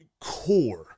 core